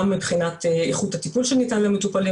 גם מבחינת איכות הטיפול שניתן למטופלים